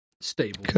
stable